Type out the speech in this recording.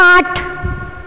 आठ